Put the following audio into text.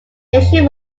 station